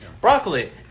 Broccoli